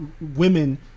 women